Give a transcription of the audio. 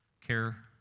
care